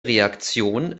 reaktion